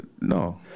No